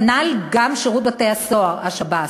כנ"ל גם שירות בתי-הסוהר, השב"ס.